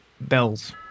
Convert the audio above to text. bells